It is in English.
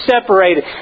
separated